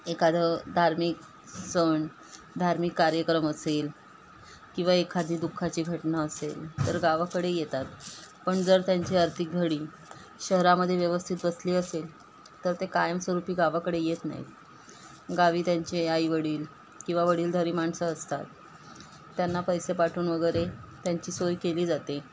एखादं धार्मिक सण धार्मिक कार्यक्रम असेल किंवा एखादी दुःखाची घटना असेल तर गावाकडे येतात पण जर त्यांची आर्थिक घडी शहरामध्ये व्यवस्थित बसली असेल तर ते कायमस्वरूपी गावाकडे येत नाहीत गावी त्यांचे आई वडील किंवा वडीलधारी माणसं असतात त्यांना पैसे पाठवून वगैरे त्यांची सोय केली जाते